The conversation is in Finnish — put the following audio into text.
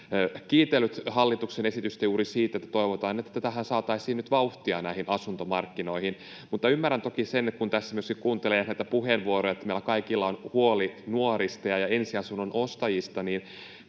kiitellyt hallituksen esitystä juuri siksi, että toivotaan, että saataisiin nyt vauhtia näihin asuntomarkkinoihin. Ymmärrän toki sen, kun tässä myöskin kuuntelee näitä puheenvuoroja, että meillä kaikilla on huoli nuorista ja ensiasunnon ostajista.